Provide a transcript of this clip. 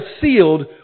sealed